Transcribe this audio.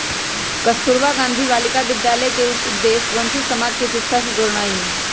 कस्तूरबा गांधी बालिका विद्यालय के उद्देश्य वंचित समाज के शिक्षा से जोड़नाइ हइ